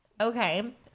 okay